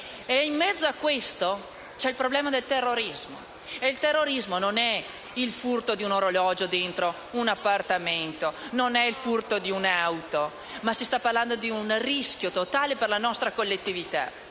in mezzo a tutto questo c'è il problema del terrorismo. E il terrorismo non è il furto di un orologio in un appartamento, non è il furto di un'auto, ma un rischio totale per la nostra collettività.